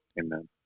Amen